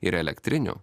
ir elektrinių